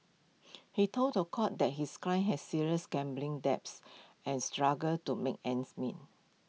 he told The Court that his client has serious gambling debts and struggled to make ends meet